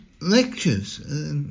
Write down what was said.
lectures